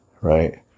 right